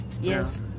Yes